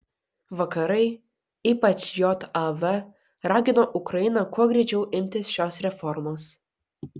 vakarai ypač jav ragino ukrainą kuo greičiau imtis šios reformos